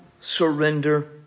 surrender